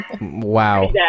Wow